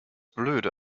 blöde